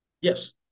Yes